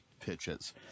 pitches